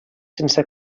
sense